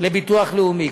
לביטוח לאומי.